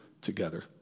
together